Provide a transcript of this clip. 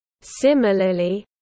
Similarly